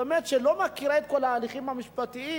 באמת, שלא מכירה את כל ההליכים המשפטיים.